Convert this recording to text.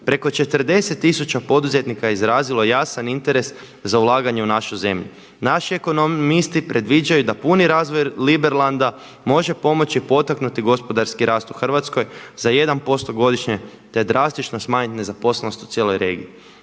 Preko 40 tisuća poduzetnika izrazilo je jasan interes za ulaganje u našu zemlju. Naši ekonomisti predviđaju da puni razvoj Liberlanda može pomoći potaknuti gospodarski rast u Hrvatskoj za 1% godišnje te drastično smanjiti nezaposlenost u cijeloj regiji.